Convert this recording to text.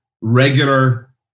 regular